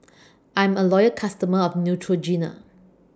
I'm A Loyal customer of Neutrogena